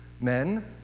men